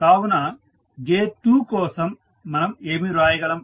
కావున గేర్ 2 కోసం మనం ఏమి వ్రాయగలం